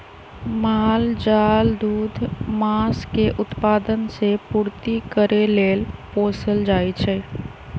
माल जाल दूध, मास के उत्पादन से पूर्ति करे लेल पोसल जाइ छइ